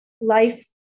life